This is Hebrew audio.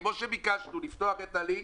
כמו שביקשנו לפתוח את הלינק,